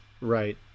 Right